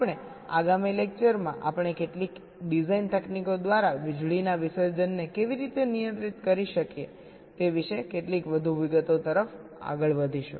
આપણે આગામી લેકચરમાં આપણે કેટલીક ડિઝાઇન તકનીકો દ્વારા વીજળીના વિસર્જનને કેવી રીતે નિયંત્રિત કરી શકીએ તે વિશે કેટલીક વધુ વિગતો તરફ આગળ વધીશું